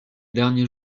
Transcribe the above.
derniers